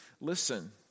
Listen